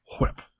whip